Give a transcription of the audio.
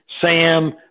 Sam